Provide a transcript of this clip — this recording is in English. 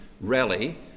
rally